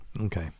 Okay